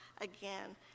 again